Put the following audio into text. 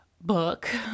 book